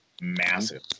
massive